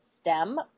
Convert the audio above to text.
STEM